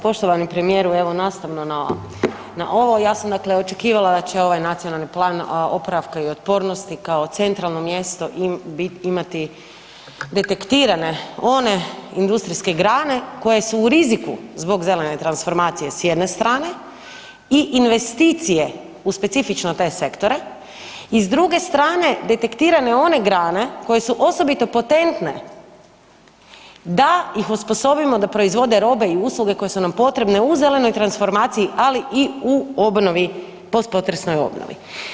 Poštovani premijeru, evo nastavno na ovo ja sam očekivala da će ovaj Nacionalni plan oporavka i otpornosti kao centralno mjesto imati detektirane one industrijske grane koje su u riziku zbog zelene transformacije s jedne strane i investicije u specifično te sektore i s druge strane detektirane one grane koje su osobito potentne da ih osposobimo da proizvode robe i usluge koje su nam potrebne u zelenoj transformaciji, ali i u post potresnoj obnovi.